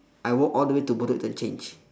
I walk all the way to bedok interchange